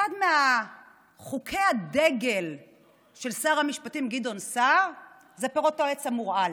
אחד מחוקי הדגל של שר המשפטים גדעון סער זה פירות העץ המורעל.